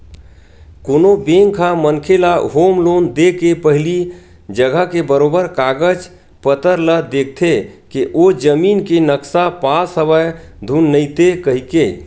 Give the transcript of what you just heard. कोनो बेंक ह मनखे ल होम लोन देके पहिली जघा के बरोबर कागज पतर ल देखथे के ओ जमीन के नक्सा पास हवय धुन नइते कहिके